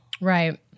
Right